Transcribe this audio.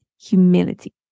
humility